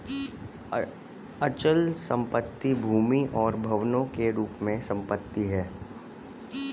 अचल संपत्ति भूमि और भवनों के रूप में संपत्ति है